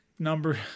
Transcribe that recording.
Number